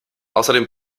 außerdem